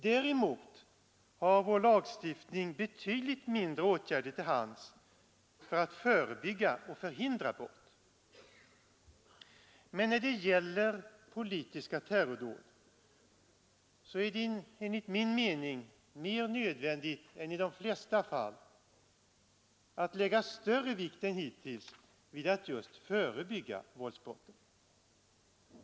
Däremot har vår lagstiftning betydligt mindre åtgärder till hands för att förebygga och förhindra brott. Men när det gäller politiska terrordåd är det enligt min mening mer nödvändigt än i de flesta andra fall att lägga större vikt än hittills vid att just förebygga våldsdåden.